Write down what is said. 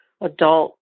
adult